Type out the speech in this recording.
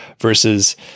versus